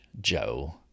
Joe